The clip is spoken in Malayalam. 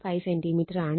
5 സെന്റിമീറ്ററാണ്